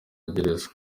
gereza